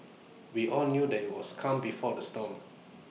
we all knew that IT was calm before the storm